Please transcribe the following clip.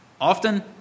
Often